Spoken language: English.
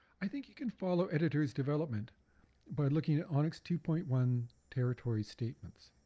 i think you can follow editeur's development by looking at onix two point one territory statements.